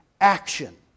action